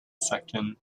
second